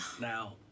now